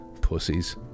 Pussies